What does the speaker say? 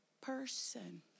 Person